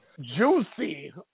Juicy